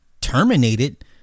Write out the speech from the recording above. terminated